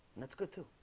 and that's good, too